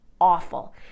awful